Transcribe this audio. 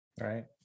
Right